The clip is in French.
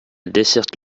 desserte